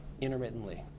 intermittently